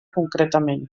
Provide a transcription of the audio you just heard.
concretament